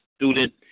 Student